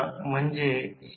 R c मधील हे नुकसान आहे